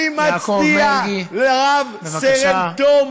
אני מצדיע לרב-סרן תום